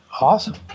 Awesome